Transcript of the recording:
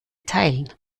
teilen